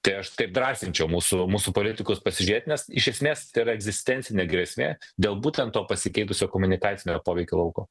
tai aš taip drąsinčiau mūsų mūsų politikus pasižiūrėti nes iš esmės tai yra egzistencinė grėsmė dėl būtent to pasikeitusio komunikacinio poveikio lauko